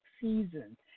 season